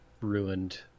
ruined